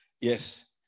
Yes